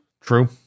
true